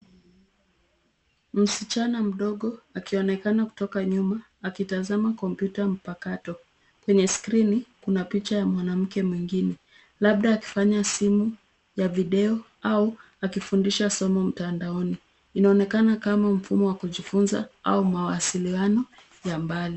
Msichana mdogo akionekana kutoka nyuma, akitazama kompyuta mpakato. Kwenye skrini, kuna picha ya mwanamke mwingine, labda akifanya simu ya video au akifundisha somo mtandaoni. Inaonekana kama mfumo wa kujifunza au mawasiliano ya mbali.